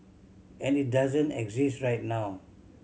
and it doesn't exist right now